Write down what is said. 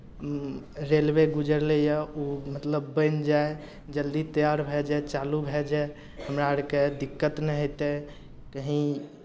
railway गुजरलैए ओ मतलब बनि जाय जल्दी तैयार भए जाय चालू भए जाय हमरा आरकेँ दिक्कत नहि हेतै कहीँ